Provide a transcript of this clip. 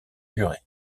durée